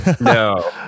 No